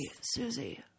Susie